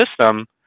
system